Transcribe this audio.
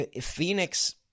Phoenix